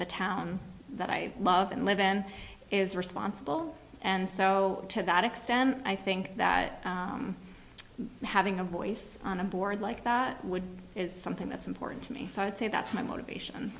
the town that i love and live in is responsible and so to that extent i think that having a voice on a board like that would be is something that's important to me i would say that's my motivation